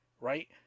right